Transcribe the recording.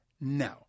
No